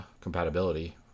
compatibility